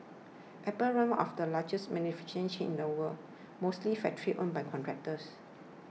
apple runs one of the largest manufacturing chains in the world mostly factories owned by contractors